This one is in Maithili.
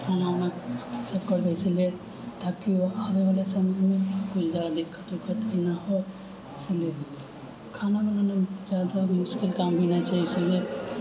खाना वाना सभ करबै इसिलिय ताकि आबैवला समयमे जादा दिक्कत विक्कत भी नहि हो इसलिय खाना बनानेमे जादा मुश्किल काम भी नहि छै इसिलिय